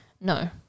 No